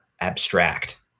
abstract